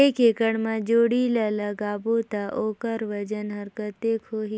एक एकड़ मा जोणी ला लगाबो ता ओकर वजन हर कते होही?